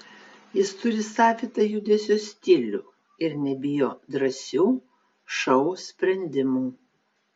jis turi savitą judesio stilių ir nebijo drąsių šou sprendimų